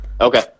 Okay